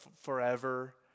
forever